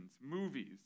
movies